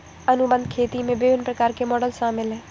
अनुबंध खेती में विभिन्न प्रकार के मॉडल शामिल हैं